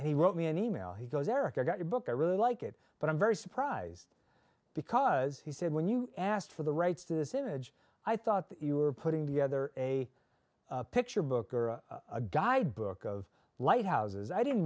copy he wrote me an email he goes eric i got your book i really like it but i'm very surprised because he said when you asked for the rights to this image i thought that you were putting together a picture book or a guidebook of lighthouses i didn't